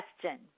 question